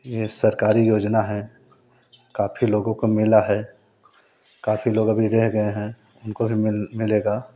ये सरकारी योजना हैं काफ़ी लोगों को मिला है काफ़ी लोग अभी रह गए हैं उनको भी मिल मिलेगा